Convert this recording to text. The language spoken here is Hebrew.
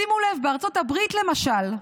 שימו לב: בארצות הברית, למשל,